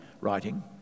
writing